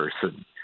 person